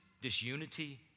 disunity